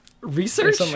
Research